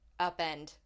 upend